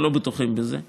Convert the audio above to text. אנחנו לא בטוחים בזה,